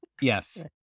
Yes